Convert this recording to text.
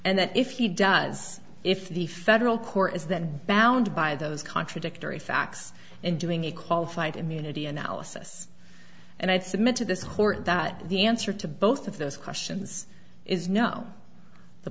and that if he does if the federal court is that bound by those contradictory facts and doing a qualified immunity analysis and i'd submit to this court that the answer to both of those questions is no the